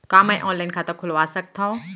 का मैं ऑनलाइन खाता खोलवा सकथव?